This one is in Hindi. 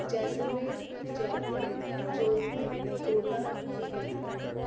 जैसलमेर जयपुर जोधपुर कोटा बीकानेर